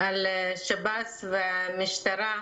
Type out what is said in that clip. על השב"ס והמשטרה,